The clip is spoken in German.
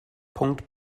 punkt